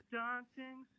dancing